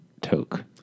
Toke